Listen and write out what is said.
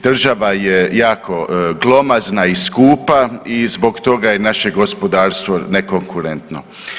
Država je jako glomazna i skupa i zbog toga je i naše gospodarstvo nekonkurentno.